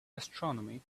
astronomy